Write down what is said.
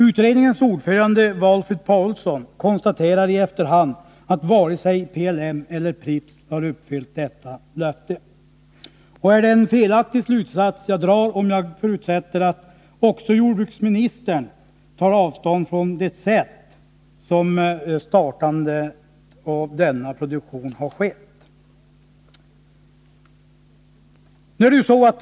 Utredningens ordförande Valfrid Paulsson har konstaterat i efterhand att varken PLM eller Pripps har uppfyllt detta löfte. Är det en felaktig slutsats jag drar, om jag förutsätter att också jordbruksministern tar avstånd från det sätt på vilket denna produktion har startats?